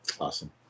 Awesome